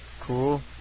Cool